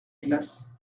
glace